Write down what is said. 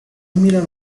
میرن